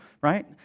right